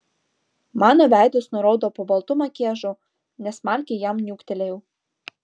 mano veidas nuraudo po baltu makiažu nesmarkiai jam niuktelėjau